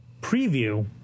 preview